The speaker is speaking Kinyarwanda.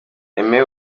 aime